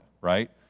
right